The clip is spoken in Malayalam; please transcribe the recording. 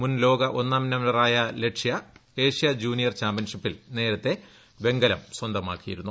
മുൻ ലോക ഒന്നാം നമ്പറായ ലക്ഷ്യ ഏഷ്യാ ജൂനിയർ ചാമ്പ്യൻഷിപ്പിൽ നേരത്തെ വെങ്കലം സ്വന്തമാക്കിയിരുന്നു